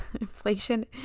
inflation